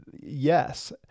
Yes